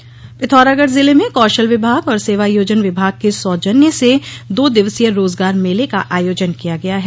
रोजगार मेला पिथौरागढ़ जिले में कौशल विभाग और सेवायोजन विभाग के सौजन्य से दो दिवसीय रोजगार मेले का आयोजन किया गया है